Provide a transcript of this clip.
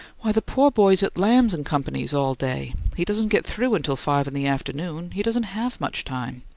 why, the poor boy's at lamb and company's all day. he doesn't get through until five in the afternoon he doesn't have much time.